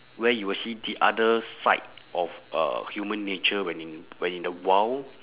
where you will see the other side of uh human nature when in when in the wild